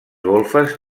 golfes